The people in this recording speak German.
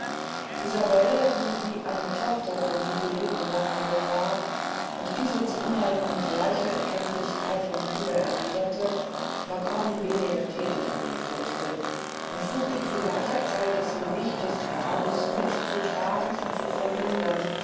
isabelle die wie eine tochter von hippoliten behandelt war und diese zuneigung mit gleicher erkenntlichkeit und liebe erwiederte war kaum weniger thätig um die fürstin und suchte zu gleicher zeit das gewicht des grams mit zu tragen und zu vermindern